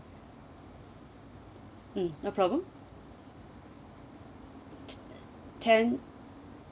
mm no problem ten